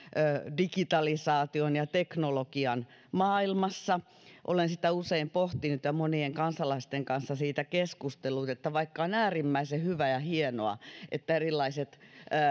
digitalisaation ja teknologian maailmassa olen sitä usein pohtinut ja monien kansalaisten kanssa siitä keskustellut että vaikka on äärimmäisen hyvä ja hienoa että erilaiset